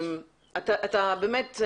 אתה באמת..